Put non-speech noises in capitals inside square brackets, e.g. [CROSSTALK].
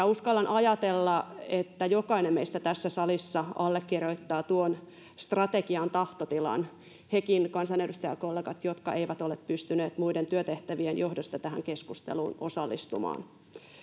[UNINTELLIGIBLE] uskallan ajatella että jokainen meistä tässä salissa allekirjoittaa tuon strategian tahtotilan nekin kansanedustajakollegat jotka eivät ole pystyneet muiden työtehtävien johdosta tähän keskusteluun osallistumaan